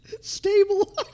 Stable